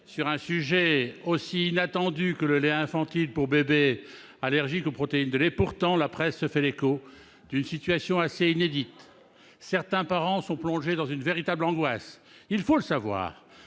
sur un sujet aussi inattendu que celui du lait infantile pour bébés allergiques aux protéines de lait ... Toutefois, la presse se fait l'écho d'une situation assez inédite, et des parents sont plongés dans une véritable angoisse. Il faut savoir